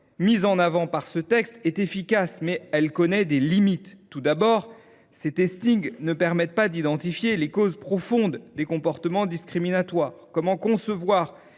mise en avant par ce texte est efficace, mais elle connaît des limites. Tout d’abord, ces ne permettent pas d’identifier les causes profondes des comportements discriminatoires. Comment concevoir